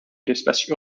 l’espace